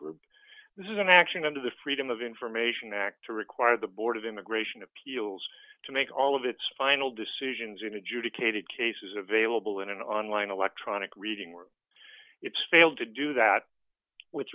group this is an action under the freedom of information act to require the board of immigration appeals to make all of its final decisions in adjudicated cases available in an online electronic reading where it's failed to do that with